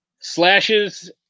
Slashes